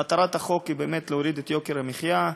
מטרת החוק היא להוריד את יוקר המחיה,